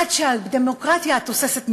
עד שהדמוקרטיה התוססת נרמסת.